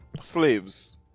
slaves